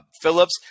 Phillips